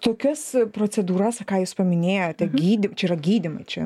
tokias procedūras ką jūs paminėjote gydi čia yra gydymai čia